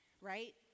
right